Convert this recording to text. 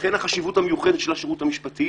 ולכן החשיבות המיוחדת של השירות המשפטי,